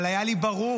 אבל היה לי ברור,